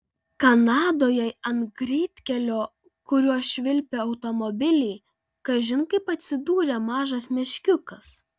kanadoje ant greitkelio kuriuo švilpė automobiliai kažin kaip atsidūrė mažas meškiukas